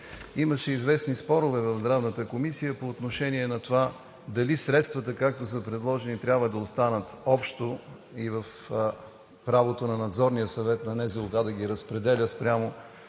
Имаше известни спорове в Здравната комисия по отношение на това дали средствата, както са предложени, трябва да останат общо – и в правото на Надзорния съвет на НЗОК да ги разпределя спрямо